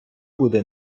буде